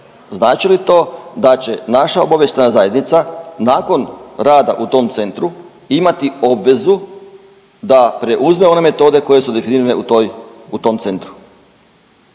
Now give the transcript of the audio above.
znači li to da će naša obavještajna zajednica nakon rada u tom centru imati obvezu da preuzme one metode koje su definirane u tom centru?